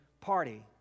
party